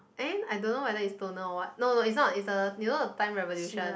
and I don't know whether is toner or what no no is not you know the time revolution